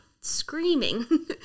screaming